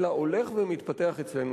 אלא הולך ומתפתח אצלנו,